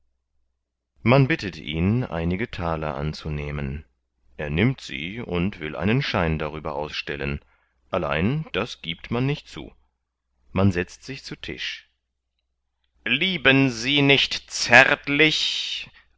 man bittet ihn einige thaler anzunehmen er nimmt sie und will einen schein darüber ausstellen allein das giebt man nicht zu man setzt sich zu tisch lieben sie nicht zärtlich